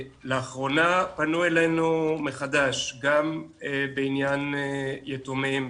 לאחרונה פנו אלינו מחדש גם בעניין יתומים,